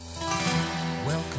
Welcome